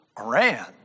Iran